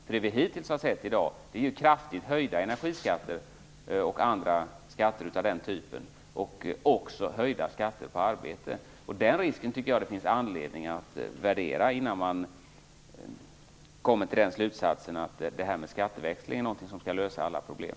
Det som vi hittills har sett är kraftigt höjda energiskatter och andra skatter av den typen liksom höjda skatter på arbete. Jag tycker att det finns anledning att utvärdera den risken innan man kommer fram till slutsatsen att skatteväxling skall lösa alla problem.